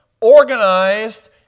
organized